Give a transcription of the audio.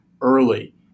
early